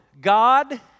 God